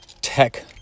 tech